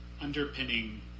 Underpinning